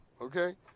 okay